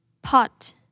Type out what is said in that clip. Pot